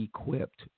equipped